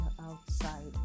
outside